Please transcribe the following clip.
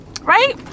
right